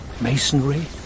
Masonry